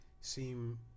seem